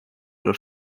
los